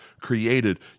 created